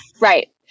Right